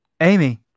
Amy